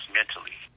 mentally